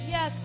Yes